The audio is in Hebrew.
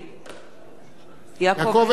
אינו נוכח